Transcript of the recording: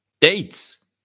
dates